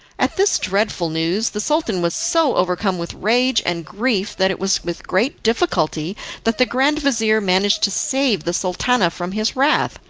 at this dreadful news the sultan was so overcome with rage and grief that it was with great difficulty that the grand-vizir managed to save the sultana from his wrath.